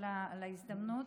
על ההזדמנות,